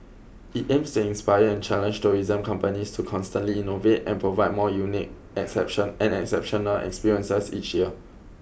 it aims to inspire and challenge tourism companies to constantly innovate and provide more unique exception and exceptional experiences each year